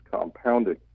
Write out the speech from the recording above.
compounding